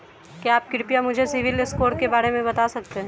क्या आप कृपया मुझे सिबिल स्कोर के बारे में बता सकते हैं?